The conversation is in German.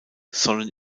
sollen